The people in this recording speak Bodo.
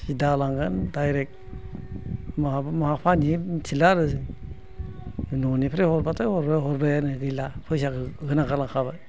सिधा लांगोन दाइरेक्ट बहाबा बहा फानहैगोन मिथिला आरो जों न'निफ्राय हरबाथाय हरबायानो गैला फैसाखौ होना गालांखाबाय